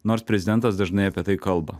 nors prezidentas dažnai apie tai kalba